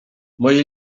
moje